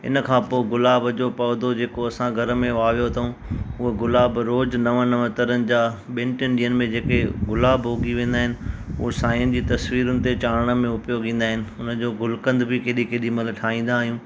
इन खां पोइ गुलाब जो पौधो जेको असां घर में वावियो अथऊं उहा गुलाब रोज़ु नवां नवां तरह जा बिन टिन ॾींहनि में जेके गुलाब उगी वेंदा आहिनि उओ साईं जन जी तसवीरुनि ते चाढ़ण में उपयोग ईंदा आहिनि उन जो गुलकंद बि केॾी केॾी महिल ठाहींदा आहियूं